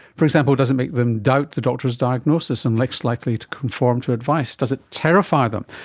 for example, does it make them doubt the doctor's diagnosis and less likely to conform to advice? does it terrify them?